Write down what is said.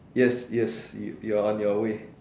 yes yes you you are on your way